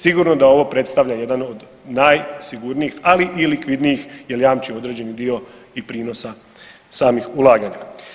Sigurno da ovo predstavlja jedan od najsigurnijih ali i likvidnijih jer jamči određeni dio i prinosa samih ulaganja.